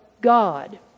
God